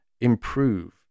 improve